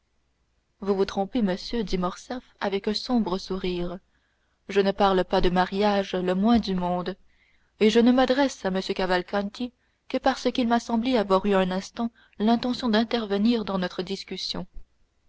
vous vous trompez monsieur dit morcerf avec un sombre sourire je ne parle pas de mariage le moins du monde et je ne m'adresse à m cavalcanti que parce qu'il m'a semblé avoir eu un instant l'intention d'intervenir dans notre discussion